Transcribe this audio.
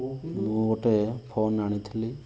ମୁଁ ଗୋଟେ ଫୋନ୍ ଆଣିଥିଲି